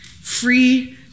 Free